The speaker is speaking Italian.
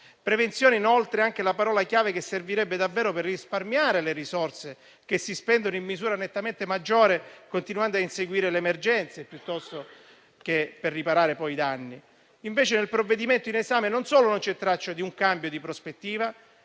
"prevenzione", inoltre, è anche la parola chiave che servirebbe davvero per risparmiare le risorse che si spendono in misura nettamente maggiore continuando a inseguire le emergenze piuttosto che per riparare poi i danni. Invece, nel provvedimento in esame non solo non c'è traccia di un cambio di prospettiva,